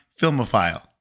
Filmophile